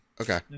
Okay